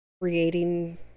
creating